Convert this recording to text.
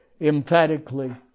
emphatically